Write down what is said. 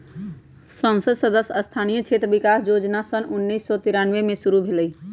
संसद सदस्य स्थानीय क्षेत्र विकास जोजना सन उन्नीस सौ तिरानमें में शुरु भेलई